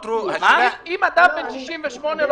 אתה מכיר את עמדתי גם בממשלה,